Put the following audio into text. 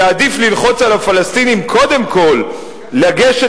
שעדיף ללחוץ על הפלסטינים קודם כול לגשת